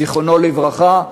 זיכרונו לברכה,